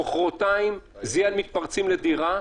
מוחרתיים זה יהיה על מתפרצים לדירה,